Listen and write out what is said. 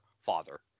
father